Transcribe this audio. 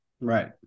Right